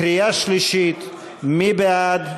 קריאה שלישית, מי בעד?